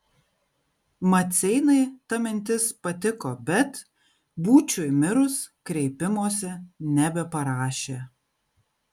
maceinai ta mintis patiko bet būčiui mirus kreipimosi nebeparašė